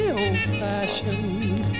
old-fashioned